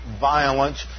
violence